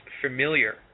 familiar